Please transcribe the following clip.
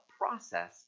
process